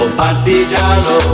partigiano